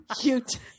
cute